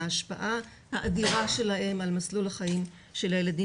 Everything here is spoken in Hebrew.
ההשפעה האדירה שלהם על מסלול החיים של הילדים